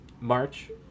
March